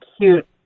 cute